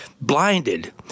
Blinded